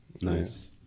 Nice